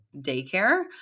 daycare